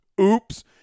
Oops